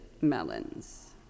melons